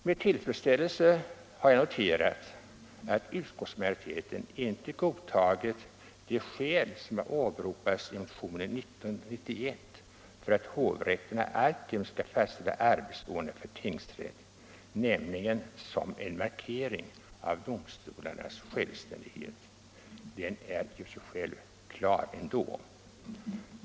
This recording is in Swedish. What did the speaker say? Med tillfredsställelse har jag noterat att utskottsmajoriteten inte godtagit det skäl som åberopats i motionen 1991 för att hovrätterna alltjämt skall fastställa arbetsordning för tingsrätt, nämligen som en markering av domstolarnas självständighet.